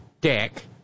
dick